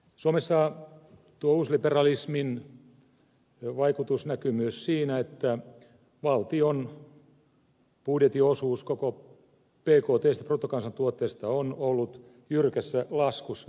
suomessa tuo uusliberalismin vaikutus näkyy myös siinä että valtion budjetin osuus koko bktstä bruttokansantuotteesta on ollut jyrkässä laskussa jo pitempään